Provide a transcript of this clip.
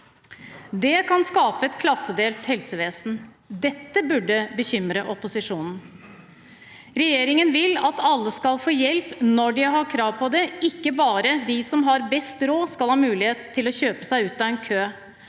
Det kan skape et klassedelt helsevesen. Dette burde bekymre opposisjonen. Regjeringen vil at alle skal få hjelp når de har krav på det, ikke bare de som har best råd skal ha mulighet til å kjøpe seg ut av en kø.